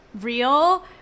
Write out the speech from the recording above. real